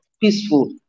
peaceful